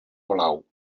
blau